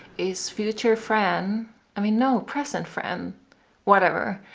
it's future fran i mean no present fran whatever,